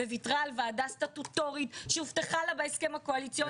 וויתרה על ועדה סטטוטורית שהובטחה לה בהסכם הקואליציוני